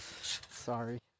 Sorry